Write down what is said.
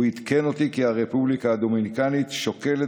הוא עדכן אותי כי הרפובליקה הדומיניקנית שוקלת